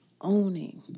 owning